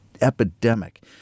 epidemic